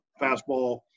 fastball